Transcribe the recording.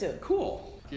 cool